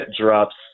drops –